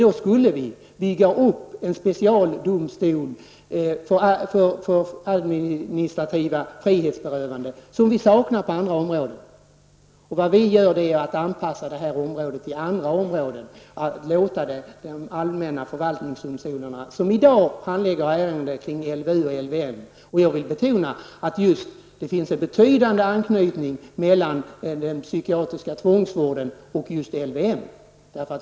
Då skulle vi bygga upp en specialdomstol för administrativa frihetsberövanden, något som saknas på andra områden. Vad vi gör är att vi anpassar det här området till andra områden. Det handlar alltså om de allmänna förvaltningsdomstolarnas ansvar, som i dag handlägger ärenden som gäller LVU och LVM. Jag vill betona att det finns en betydande anknytning mellan den psykiatriska tvångsvården och just LVM.